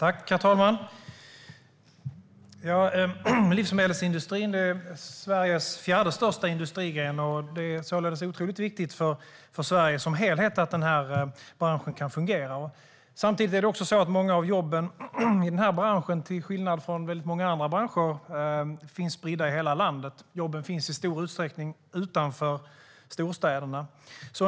Herr talman! Livsmedelsindustrin är Sveriges fjärde största industrigren, det är således otroligt viktigt för Sverige som helhet att branschen kan fungera. Samtidigt finns många av jobben, i den här branschen till skillnad från många andra, spridda i hela landet och jobben finns i stor utsträckning utanför storstäderna.